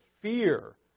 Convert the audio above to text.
fear